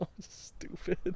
stupid